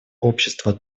общество